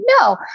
No